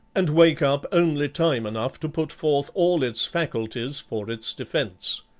and wake up only time enough to put forth all its faculties for its defence.